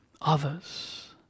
others